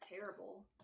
terrible